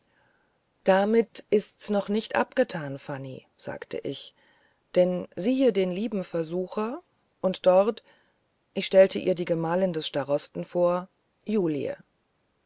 damit ist's noch nicht abgetan fanny sagte ich denn siehe den lieben versucher und dort ich stellte ihr die gemahlin des starosten vor julie